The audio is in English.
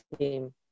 team